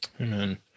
Amen